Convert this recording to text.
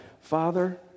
Father